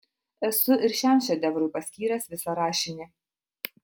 esu ir šiam šedevrui paskyręs visą rašinį